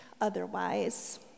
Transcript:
otherwise